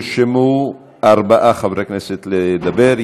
נרשמו ארבעה חברי כנסת לדבר.